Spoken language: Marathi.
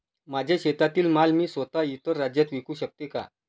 माझ्या शेतातील माल मी स्वत: इतर राज्यात विकू शकते का?